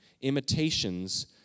imitations